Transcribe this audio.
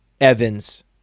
Evans